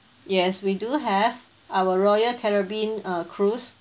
yes we do have our royal caribbean uh cruise